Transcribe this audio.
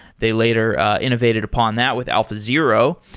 they later innovated upon that with alpha zero.